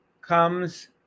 comes